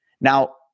Now